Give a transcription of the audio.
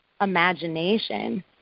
imagination